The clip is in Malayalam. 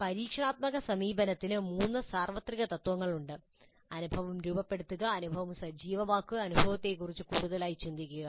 പരീക്ഷണാത്മക സമീപനത്തിന് മൂന്ന് സാർവത്രിക തത്ത്വങ്ങളുണ്ട് അനുഭവം രൂപപ്പെടുത്തുക അനുഭവം സജീവമാക്കുക അനുഭവത്തെക്കുറിച്ച് കൂടുതലായി ചിന്തിക്കുക